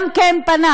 גם הוא פנה,